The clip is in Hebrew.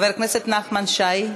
חבר הכנסת נחמן שי?